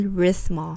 rhythm